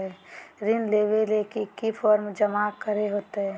ऋण लेबे ले की की फॉर्म जमा करे होते?